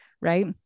right